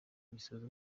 gisoza